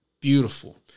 Beautiful